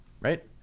right